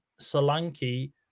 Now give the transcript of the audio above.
Solanke